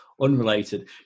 unrelated